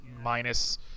minus